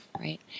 right